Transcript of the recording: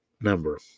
number